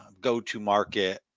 go-to-market